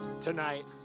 tonight